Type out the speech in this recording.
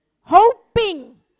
hoping